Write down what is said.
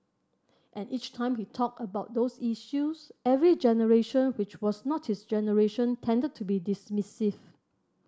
and each time he talked about those issues every generation which was not his generation tended to be dismissive